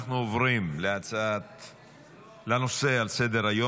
אנחנו עוברים לנושא הבא על סדר-היום,